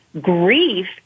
grief